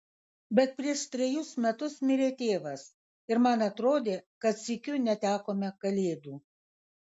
bet prieš trejus metus mirė tėvas ir man atrodė kad sykiu netekome kalėdų